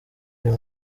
uyu